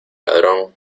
ladrón